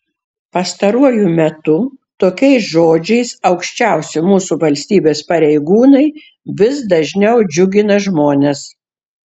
pastaruoju metu tokiais žodžiais aukščiausi mūsų valstybės pareigūnai vis dažniau džiugina žmones